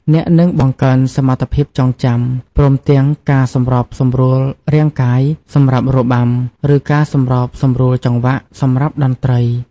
អ្នកនឹងបង្កើនសមត្ថភាពចងចាំ ព្រមទាំងការសម្របសម្រួលរាងកាយ សម្រាប់របាំ ឬការសម្របសម្រួលចង្វាក់ សម្រាប់តន្ត្រី។